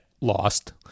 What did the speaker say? lost